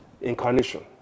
incarnation